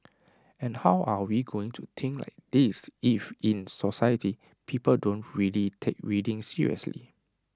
and how are we going to think like this if in society people don't really take reading seriously